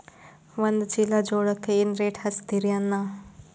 ಒಂದ ಚೀಲಾ ಜೋಳಕ್ಕ ಏನ ರೇಟ್ ಹಚ್ಚತೀರಿ ಅಣ್ಣಾ?